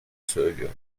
söylüyor